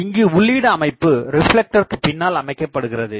இங்கு உள்ளீடு அமைப்பு ரிப்லெக்டருக்கு பின்னால் அமைக்கப்படுகிறது